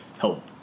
help